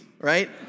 right